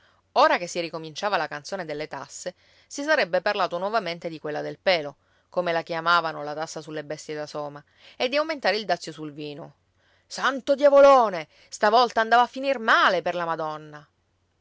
ora che si ricominciava la canzone delle tasse si sarebbe parlato nuovamente di quella del pelo come la chiamavano la tassa sulle bestie da soma e di aumentare il dazio sul vino santo diavolone stavolta andava a finir male per la madonna